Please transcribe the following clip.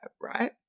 right